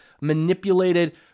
manipulated